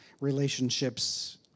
relationships